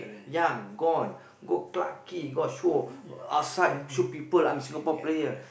young gone go Clarke-Quay go show outside show people I'm Singapore player